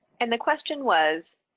and the question was,